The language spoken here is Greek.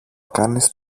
κάνεις